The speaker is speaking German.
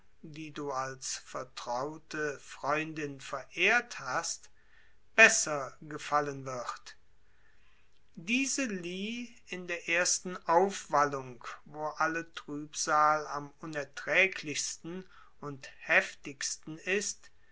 die du als vertraute freundin verehrt hast besser gefallen wird diese lieh in der ersten aufwallung wo alle trübsal am unerträglichsten und heftigsten ist